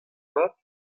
mat